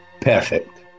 Perfect